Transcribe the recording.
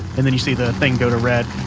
and then, you see the thing go to red,